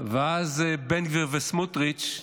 ואז בן גביר וסמוטריץ'